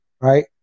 right